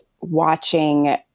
watching